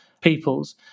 peoples